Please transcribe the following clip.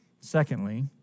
secondly